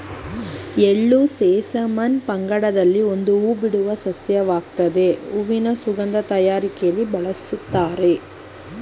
ಎಳ್ಳು ಸೆಸಮಮ್ ಪಂಗಡದಲ್ಲಿನ ಒಂದು ಹೂಬಿಡುವ ಸಸ್ಯವಾಗಾಯ್ತೆ ಹೂವಿನ ಸುಗಂಧ ತಯಾರಿಕೆಲಿ ಬಳುಸ್ತಾರೆ